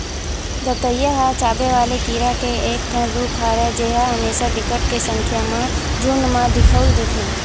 दतइया ह चाबे वाले कीरा के एक ठन रुप हरय जेहा हमेसा बिकट के संख्या म झुंठ म दिखउल देथे